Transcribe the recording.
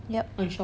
yup